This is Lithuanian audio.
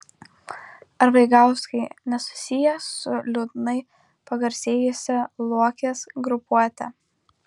ar vaigauskai nesusiję su liūdnai pagarsėjusia luokės grupuote